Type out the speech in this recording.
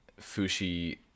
fushi